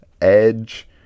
edge